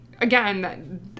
Again